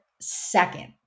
second